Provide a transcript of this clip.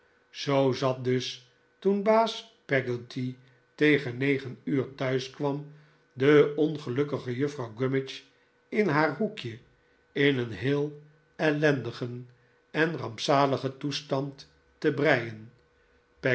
zoo zaf dus toen baas peggotty tegen negen uur thuis kwam de ongelukkige juffrouw gummidge in haar hoekje in een david copperfield heel ellendigen en rampzaligen toestand te breien